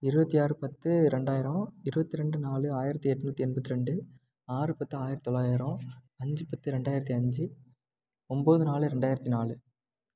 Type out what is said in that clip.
இருபத்தி ஆறு பத்து ரெண்டாயிரம் இருபத்தி ரெண்டு நாலு ஆயிரத்தி எண்நூத்தி எண்பத்தி ரெண்டு ஆறு பத்து ஆயிரத்தி தொள்ளாயிரம் அஞ்சு பத்து ரெண்டாயிரத்தி அஞ்சு ஒன்போது நாலு ரெண்டாயிரத்தி நாலு